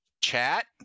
Chat